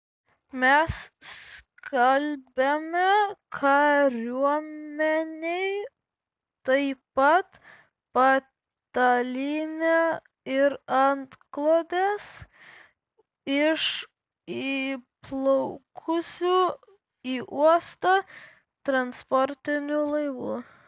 mes skalbiame kariuomenei taip pat patalynę ir antklodes iš įplaukusių į uostą transportinių laivų